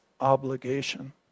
obligation